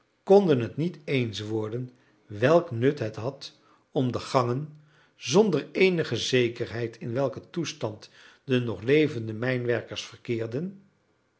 konden het niet eens worden welk nut het had om de gangen zonder eenige zekerheid in welken toestand de nog levende mijnwerkers verkeerden